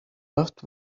but